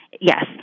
Yes